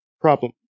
problem